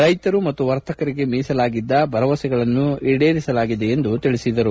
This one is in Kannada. ರೈತರು ಮತ್ತು ವರ್ತಕರಿಗೆ ನೀಡಲಾಗಿದ್ದ ಭರವಸೆಗಳನ್ನು ಈಡೇರಿಸಲಾಗಿದೆ ಎಂದು ತಿಳಿಸಿದರು